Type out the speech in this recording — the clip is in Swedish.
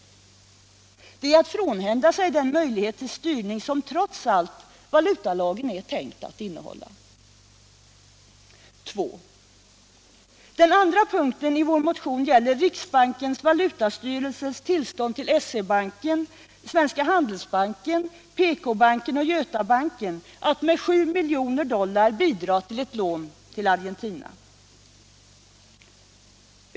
Det är att frånhända sig den möjlighet till styrning som valutalagen trots allt är tänkt att innehålla. Den andra punkten i vår motion gäller riksbankens valutastyrelses tillstånd till SE-banken, Svenska Handelsbanken, PK-banken och Götabanken att med 7 miljoner dollar bidra till ett lån till Argentina.